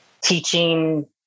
teaching